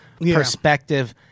perspective